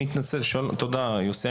תודה, יוסי.